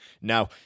Now